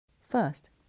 First